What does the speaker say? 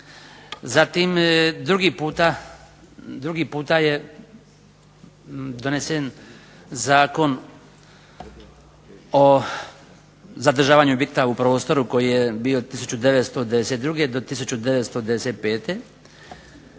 Zatim drugi puta je donesen zakon o zadržavanju objekta u prostoru koji je bio 1992. do 1995.